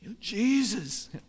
Jesus